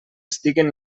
estiguen